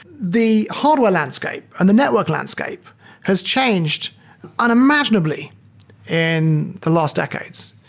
the hardware landscape and the network landscape has changed unimaginably in the last decades,